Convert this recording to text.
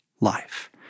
life